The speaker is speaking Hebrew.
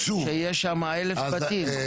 שיש שם 1,000 בתים.